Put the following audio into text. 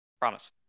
Promise